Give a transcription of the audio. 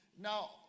Now